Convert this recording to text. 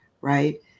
right